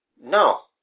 No